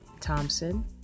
Thompson